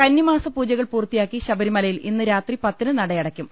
കന്നിമാസ പൂജകൾ പൂർത്തിയാക്കി ശബരിമലയിൽ ഇന്ന് രാത്രി പത്തിന് നടയടയ്ക്കും